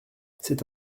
c’est